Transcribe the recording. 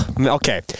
okay